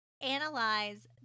analyze